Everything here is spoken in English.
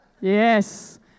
Yes